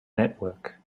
network